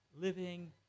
living